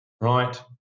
right